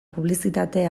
publizitate